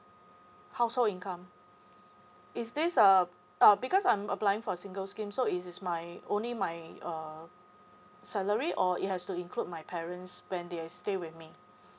household income is this uh uh because I'm applying for single scheme so is my only my uh salary or it has to include my parents when they stay with me